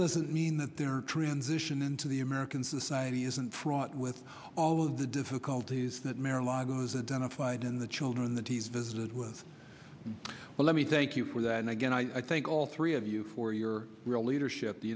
doesn't mean that their transition into the american society isn't fraught with all of the difficulties that marilyn was a done a find in the children that he's visited with well let me thank you for that and again i think all three of you for your real leadership the